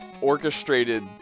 orchestrated